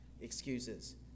excuses